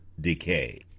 decay